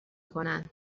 کنن